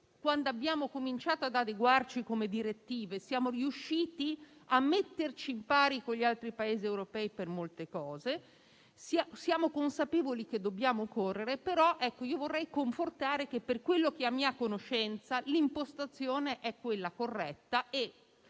quando abbiamo cominciato ad adeguarci nelle direttive, siamo riusciti a metterci in pari con gli altri Paesi europei per molte cose. Siamo consapevoli che dobbiamo correre, però vorrei dire che, per quanto di mia conoscenza, l'impostazione è corretta